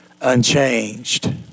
unchanged